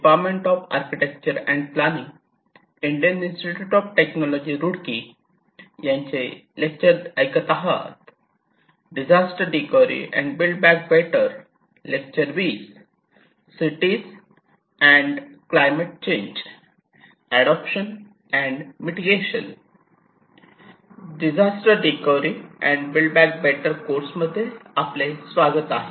disaster recovery and build back better course मध्ये आपले स्वागत आहे